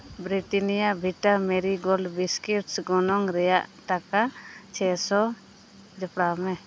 Britannia ᱵᱷᱤᱴᱟ Marie gold biscuits ᱜᱚᱱᱚᱝ ᱨᱮᱭᱟᱜ ᱴᱟᱠᱟ ᱪᱷᱮ ᱥᱚ ᱡᱚᱯᱲᱟᱣ ᱢᱮ